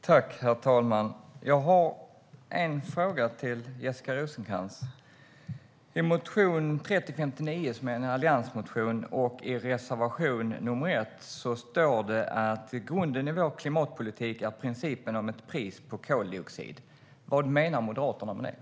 Herr talman! Jag har en fråga till Jessica Rosencrantz. I motion 3059, som är en alliansmotion, och i reservation nr 1 står det att grunden i vår klimatpolitik är principen om ett pris på koldioxid. Vad menar Moderaterna med detta?